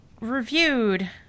reviewed